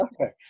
okay